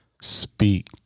speak